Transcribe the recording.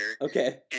Okay